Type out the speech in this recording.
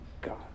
God